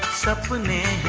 separate me